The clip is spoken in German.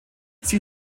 sie